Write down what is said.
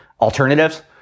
alternatives